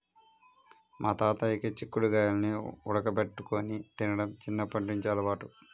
మా తాతయ్యకి చిక్కుడు గాయాల్ని ఉడకబెట్టుకొని తినడం చిన్నప్పట్నుంచి అలవాటు